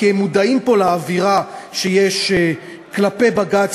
כי הם מודעים לאווירה שיש פה כלפי בג"ץ